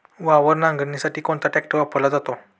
वावर नांगरणीसाठी कोणता ट्रॅक्टर वापरला जातो?